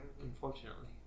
Unfortunately